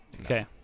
Okay